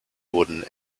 wurden